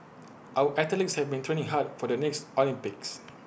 our athletes have been training hard for the next Olympics